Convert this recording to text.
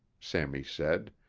sammy said,